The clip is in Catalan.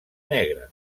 negre